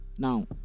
now